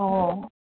অঁ